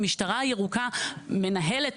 המשטרה הירוקה מנהלת,